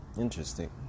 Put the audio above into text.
interesting